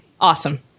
Awesome